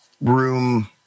room